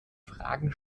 fragen